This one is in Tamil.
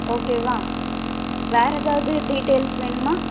ஓகே வா வேறு எதாவது டீடெயில்ஸ் வேணுமா